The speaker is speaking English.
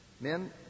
Men